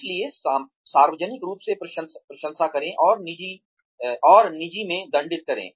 इसलिए सार्वजनिक रूप से प्रशंसा करें और निजी में दंडित करें